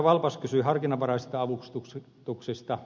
valpas kysyi harkinnanvaraisista avustuksista